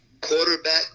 quarterback